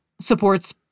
supports